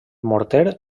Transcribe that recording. morter